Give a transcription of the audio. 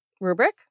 rubric